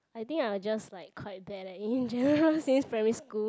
I think I was just like quite there leh in general like since primary school